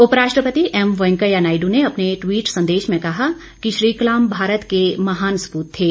उपराष्ट्रपति एम वेंकैयानायडु ने अपने ट्वीट संदेश में कहा कि श्री कलाम भारत के महान सपूत थे